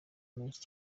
menshi